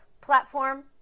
platform